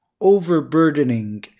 overburdening